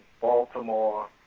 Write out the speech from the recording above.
Baltimore